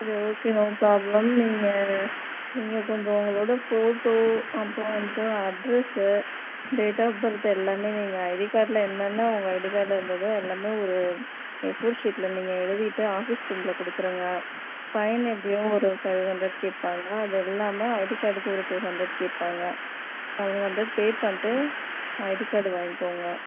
சரி okay no problem நீங்கள் நீங்கள் கொஞ்சம் உங்களோடய ஃபோட்டோ அப்புறம் வந்து அட்ரஸு டேட் ஆஃப் பர்த் எல்லாமே நீங்கள் ஐடி கார்டில் என்னென்ன உங்கள் ஐடி கார்டில் இருந்ததோ எல்லாமே ஒரு ஏ ஃபோர் சீட்டில் நீங்கள் எழுதிட்டு ஆஃபீஸ் ரூமில் கொடுத்துடுங்க ஃபைன் எப்படியும் ஒரு ஃபைவ் ஹண்ட்ரட் கேட்பாங்க அது இல்லாமல் ஐடி கார்டுக்கு ஒரு டூ ஹண்ட்ரட் கேட்பாங்க சவன் ஹண்ட்ரட் பே பண்ணிவிட்டு ஐடி கார்டு வாங்கிக்கோங்க